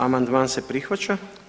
Amandman se prihvaća.